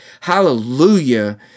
hallelujah